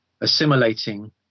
assimilating